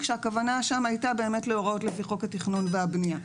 והכוונה שם הייתה להוראות לפי חוק התכנון והבנייה.